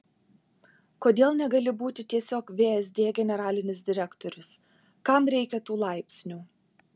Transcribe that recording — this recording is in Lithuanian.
kodėl negali būti tiesiog vsd generalinis direktorius kam reikia tų laipsnių